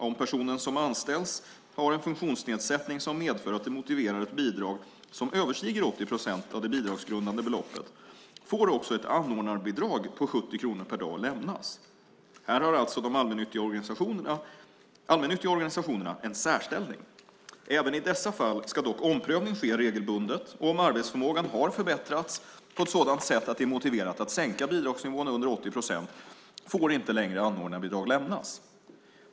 Om personen som anställs har en funktionsnedsättning som medför att det motiverar ett bidrag som överstiger 80 procent av det bidragsgrundande beloppet får också ett anordnarbidrag på 70 kronor per dag lämnas. Här har alltså de allmännyttiga organisationerna en särställning. Även i dessa fall ska dock omprövning ske regelbundet, och om arbetsförmågan har förbättrats på sådant sätt att det är motiverat att sänka bidragsnivån under 80 procent får inte längre anordnarbidrag lämnas.